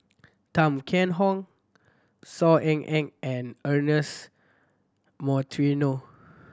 Tan Kheam Hock Saw Ean Ang and Ernest Monteiro